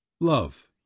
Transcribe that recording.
love